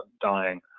dying